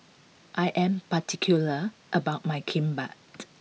I am particular about my Kimbap